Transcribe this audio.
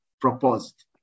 proposed